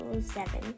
Seven